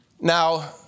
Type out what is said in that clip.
Now